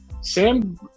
Sam